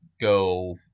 go